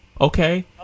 Okay